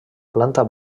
planta